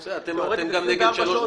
האזרחי,